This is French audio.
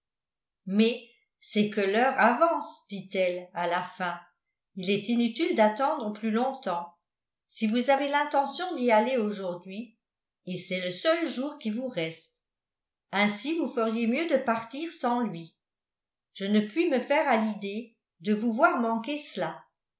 mais c'est que l'heure avance dit-elle à la fin il est inutile d'attendre plus longtemps si vous avez l'intention d'y aller aujourd'hui et c'est le seul jour qui vous reste ainsi vous feriez mieux de partir sans lui je ne puis me faire à l'idée de vous voir manquer cela